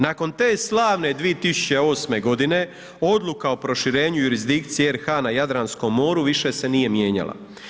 Nakon te slavne 2008. godine Odluka o proširenju jurisdikcije RH na Jadranskom moru više se nije mijenjala.